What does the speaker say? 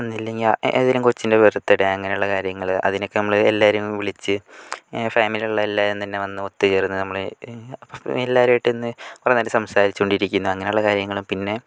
ഒന്നല്ലെങ്കിൽ ഏതെങ്കിലും കൊച്ചിൻ്റെ ബർത്ത് ഡേ അങ്ങനെയുള്ള കാര്യങ്ങൾ അതിനൊക്കെ നമ്മൾ എല്ലാവരെയും വിളിച്ച് ഫാമിലിയിലുള്ള എല്ലാവരും തന്നെ വന്ന് ഒത്തുചേർന്ന് നമ്മൾ എല്ലാവരെയും അയിട്ട് വന്ന് കുറെ നേരം സംസാരിച്ചു കൊണ്ടിരിക്കുന്ന അങ്ങനെയുള്ള കാര്യങ്ങളും പിന്നെ